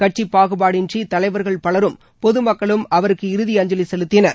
கட்சிப் பாகுபாடு இன்றி தலைவர்கள் பலரும் பொது மக்களும் அவருக்கு இறுதி அஞ்சலி செலுத்தினர்